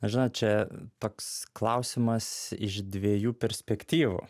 žinot čia toks klausimas iš dviejų perspektyvų